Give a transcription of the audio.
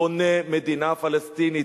בונה מדינה פלסטינית.